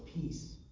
peace